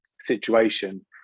situation